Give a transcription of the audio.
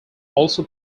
also